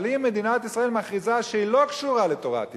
אבל אם מדינת ישראל מכריזה שהיא לא קשורה לתורת ישראל,